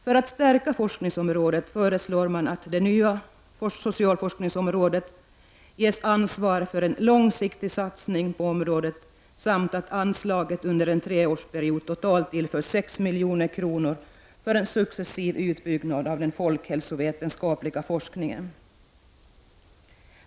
För att stärka forskningsområdet föreslår man att det nya socialforskningsrådet ges ansvar för en långsiktig satsning på området, samt att anslaget under en treårsperiod totalt tillförs 6 milj.kr. för en successiv utbyggnad av den folkhälsovetenskapliga forskningen.